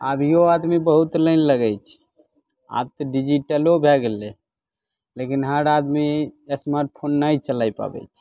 अभियो आदमी बहुत लाइन लगैत छै आब तऽ डिजीटलो भए गेलै लेकिन हर आदमी स्मार्टफोन नहि चला पाबैत छै